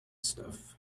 stuff